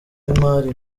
y’imari